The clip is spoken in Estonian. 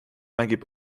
mängib